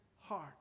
heart